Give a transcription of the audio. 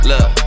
Look